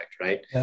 Right